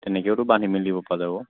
তেনেকৈও বান্ধি মেলি দিব পৰা যাব